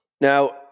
Now